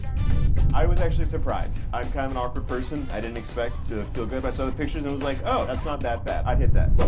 i was actually surprised. i'm kinda an awkward person, i didn't expect to feel good so the pictures it was like oh that's not that bad, i'd hit that.